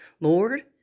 Lord